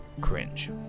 cringe